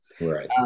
right